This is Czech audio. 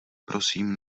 prosím